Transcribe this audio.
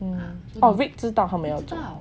oh vick 知道他们要走